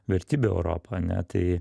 vertybių europą ne tai